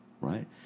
Right